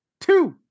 Two